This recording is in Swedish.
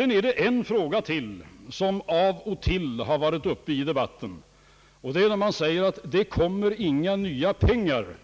En annan fråga, som av och till har varit uppe i debatten, är påståendet att det inte kommer några nya pengar